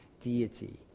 deity